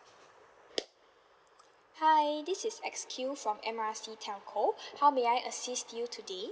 hi this is X_Q from M R C telco how may I assist you today